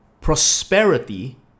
prosperity